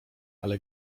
ale